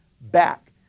back